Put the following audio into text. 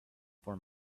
for